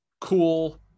Cool